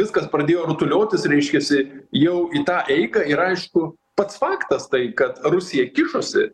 viskas pradėjo rutuliotis reiškiasi jau į tą eigą ir aišku pats faktas tai kad rusija kišosi